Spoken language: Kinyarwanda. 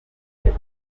ebola